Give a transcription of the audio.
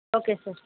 okay sir